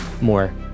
more